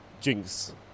jinx